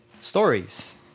stories